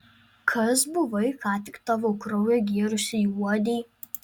kas buvai ką tik tavo kraują gėrusiai uodei